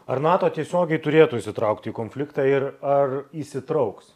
ar nato tiesiogiai turėtų įsitraukti į konfliktą ir ar įsitrauks